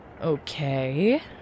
Okay